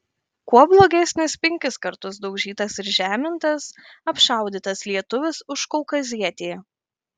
kuo blogesnis penkis kartus daužytas ir žemintas apšaudytas lietuvis už kaukazietį